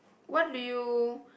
what do you